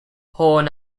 horn